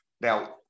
Now